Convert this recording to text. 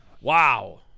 Wow